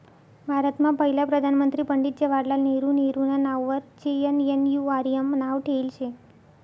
भारतमा पहिला प्रधानमंत्री पंडित जवाहरलाल नेहरू नेहरूना नाववर जे.एन.एन.यू.आर.एम नाव ठेयेल शे